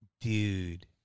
dude